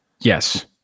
Yes